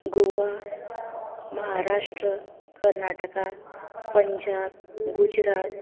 Goa Maharashtra Karnataka Punjab Gujarat